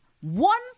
one